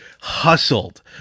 hustled